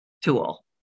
Tool